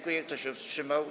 Kto się wstrzymał?